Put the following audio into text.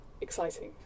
exciting